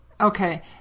Okay